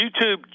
YouTube